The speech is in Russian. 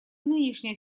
нынешняя